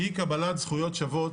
אי קבלת זכויות שוות